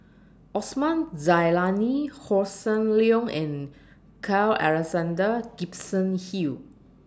Osman Zailani Hossan Leong and Carl Alexander Gibson Hill